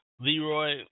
Leroy